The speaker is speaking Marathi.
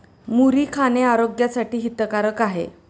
मुरी खाणे आरोग्यासाठी हितकारक आहे